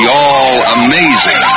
all-amazing